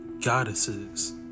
goddesses